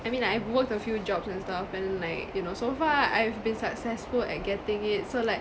I mean like I've worked a few jobs and stuff and then like you know so far I've been successful at getting it so like